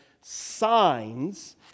signs